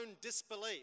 disbelief